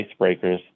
icebreakers